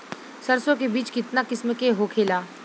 सरसो के बिज कितना किस्म के होखे ला?